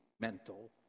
mental